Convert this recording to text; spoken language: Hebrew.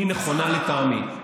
היא נכונה לטעמי.